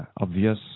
obvious